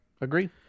agree